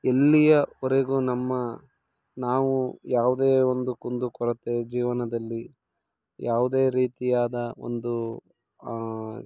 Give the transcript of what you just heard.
ಎಲ್ಲಿಯವರೆಗೂ ನಮ್ಮ ನಾವು ಯಾವುದೇ ಒಂದು ಕುಂದು ಕೊರತೆ ಜೀವನದಲ್ಲಿ ಯಾವುದೇ ರೀತಿಯಾದ ಒಂದು